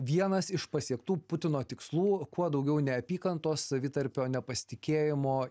vienas iš pasiektų putino tikslų kuo daugiau neapykantos savitarpio nepasitikėjimo